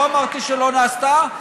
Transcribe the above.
לא אמרתי שלא נעשתה,